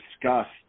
discussed